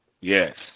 Yes